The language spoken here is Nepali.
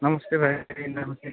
नमस्ते भाइ नमस्ते